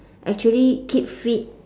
actually keep fit